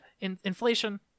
inflation